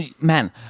Man